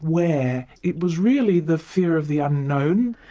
where, it was really the fear of the unknown.